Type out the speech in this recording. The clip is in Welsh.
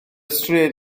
stryd